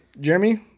Jeremy